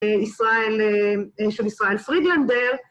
‫של ישראל פרידלנדר.